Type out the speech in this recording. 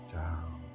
down